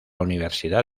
universidad